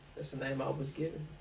that's the name i was given.